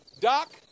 Doc